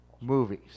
movies